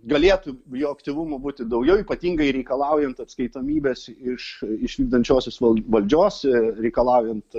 galėtų jo aktyvumo būti daugiau ypatingai reikalaujant atskaitomybės iš iš vykdančiosios valdžios ir reikalaujant